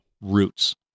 roots